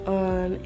on